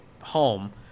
home